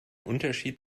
unterschied